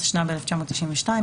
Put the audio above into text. התשנ"ב 1992,